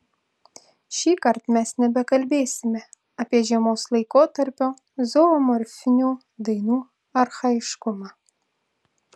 šįkart mes nebekalbėsime apie žiemos laikotarpio zoomorfinių dainų archaiškumą